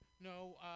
no